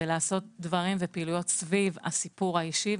לעשות דברים ופעילויות סביב הסיפור האישי.